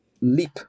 leap